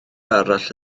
arall